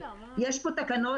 יש פה תקנות